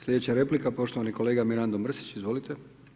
Sljedeća replika poštovani kolega Mirando Mrsić, izvolite.